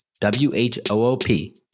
W-H-O-O-P